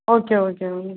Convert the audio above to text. okay okay ma'am